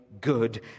good